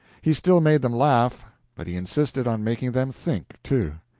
he still made them laugh, but he insisted on making them think, too.